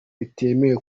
bitemewe